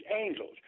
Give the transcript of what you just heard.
angels